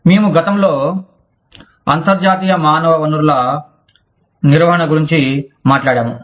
మేము గతంలో అంతర్జాతీయ మానవ వనరుల నిర్వహణ గురించి మాట్లాడాము